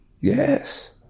Yes